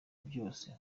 byose